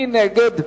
מי נגד?